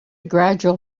gradual